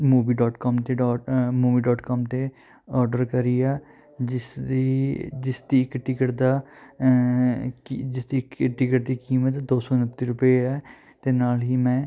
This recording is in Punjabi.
ਮੂਵੀ ਡੋਟ ਕੋਮ 'ਤੇ ਡੋਟ ਅ ਮੂਵੀ ਡੋਟ ਕੋਮ 'ਤੇ ਔਡਰ ਕਰੀ ਆ ਜਿਸਦੀ ਜਿਸਦੀ ਇੱਕ ਟਿਕਟ ਦਾ ਕੀ ਜਿਸਦੀ ਇੱਕ ਟਿਕਟ ਦੀ ਕੀਮਤ ਦੋ ਸੌ ਉਨੱਤੀ ਰੁਪਏ ਹੈ ਅਤੇ ਨਾਲ ਹੀ ਮੈਂ